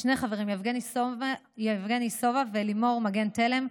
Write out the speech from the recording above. שני חברים: יבגני סובה ולימור מגן תלם,